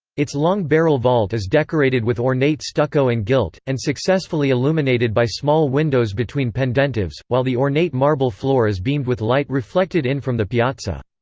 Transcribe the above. its long barrel vault is decorated with ornate stucco and gilt, and successfully illuminated by small windows between pendentives, while the ornate marble floor is beamed with light reflected in from the piazza.